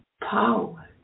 power